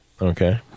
Okay